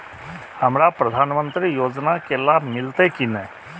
हमरा प्रधानमंत्री योजना के लाभ मिलते की ने?